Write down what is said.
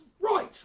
right